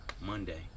Monday